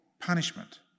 punishment